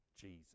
Jesus